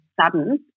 sudden